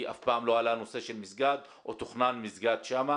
כי אף פעם לא עלה הנושא של מסגד או תוכנן מסגד שם.